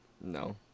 No